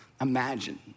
imagine